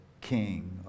King